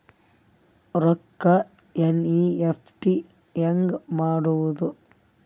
ರೊಕ್ಕ ಎನ್.ಇ.ಎಫ್.ಟಿ ಹ್ಯಾಂಗ್ ಮಾಡುವುದು?